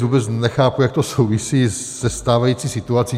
Vůbec nechápu, jak to souvisí se stávající situací.